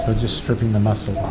ah just stripping the muscle